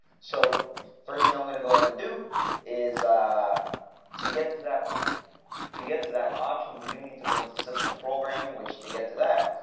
so first thing i'm going to go ahead and do is ah to get to that to get to that option, we do need to go into system programming. which to get to that,